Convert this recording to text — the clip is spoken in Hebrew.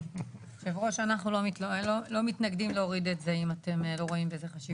אנחנו לא מתנגדים להוריד את זה אם אתם לא רואים בזה חשיבות.